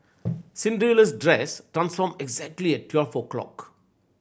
Cinderella's dress transformed exactly at twelve o' clock